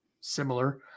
similar